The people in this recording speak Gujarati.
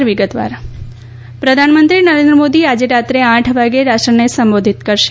પ્રધાનમંત્રી પ્રધાનમંત્રી નરેન્દ્ર મોદી આજે રાત્રે આઠ વાગે રાષ્ટ્રને સંબોધિત કરશે